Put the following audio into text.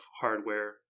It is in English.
hardware